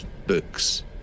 books